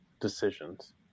decisions